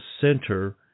center